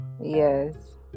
yes